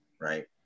right